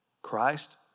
Christ